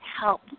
help